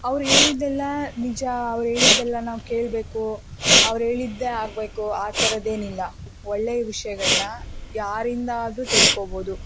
ಅವರು ಹೇಳಿದ್ದೆಲ್ಲ ನಿಜ ಅವರು ಹೇಳಿದ್ದೆಲ್ಲ ನಾವು ಕೇಳಬೇಕು ಅವರು ಹೇಳಿದ್ದೇ ಆಗಬೇಕು ಆ ಥರದ್ದೇನಿಲ್ಲ ಒಳ್ಳೆಯ ವಿಷಯಗಳನ್ನ ಯಾರಿಂದಾದರೂ ತಿಳ್ಕೊಬೋದು